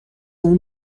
اون